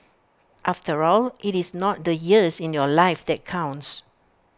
after all IT is not the years in your life that counts